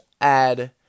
add